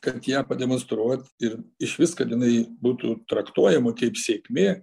kad ją pademonstruot ir išvis kad jinai būtų traktuojama kaip sėkmė